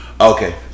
Okay